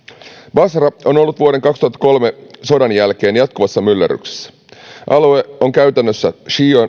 basra on ollut vuoden kaksituhattakolme sodan jälkeen jatkuvassa myllerryksessä alue on käytännössä